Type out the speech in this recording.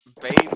baby